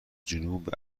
جنوبم